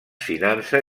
finança